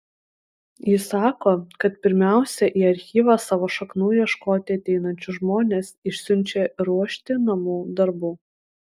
ji sako kad pirmiausia į archyvą savo šaknų ieškoti ateinančius žmones išsiunčia ruošti namų darbų